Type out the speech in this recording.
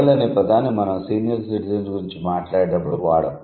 girl అనే పదాన్ని మనం సీనియర్ సిటిజన్ గురించి మాట్లాడేటప్పుడు వాడం